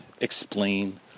explain